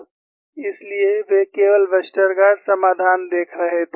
इसलिए वे केवल वेस्टरगार्ड समाधान देख रहे थे